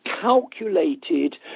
calculated